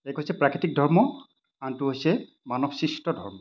এক হৈছে প্ৰাকৃতিক ধৰ্ম আনটো হৈছে মানৱসৃষ্ট ধৰ্ম